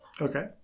Okay